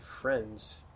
friends